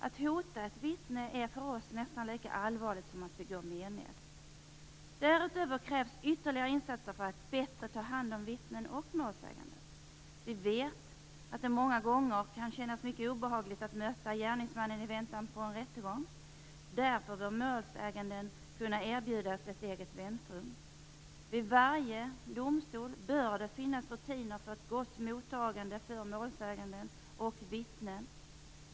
Att hota ett vittne är för oss nästan lika allvarligt som att begå mened. Därutöver krävs ytterligare insatser för att bättre ta hand om vittnen och målsägande. Vi vet att det många gånger kan kännas mycket obehagligt att möta gärningsmannen i väntan på en rättegång. Därför bör målsäganden kunna erbjudas ett eget väntrum. Vid varje domstol bör det finnas rutiner för ett gott mottagande för målsägande och vittnen.